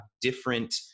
different